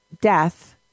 death